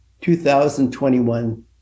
2021